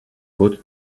côtes